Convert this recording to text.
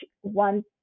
one